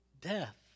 death